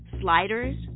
Sliders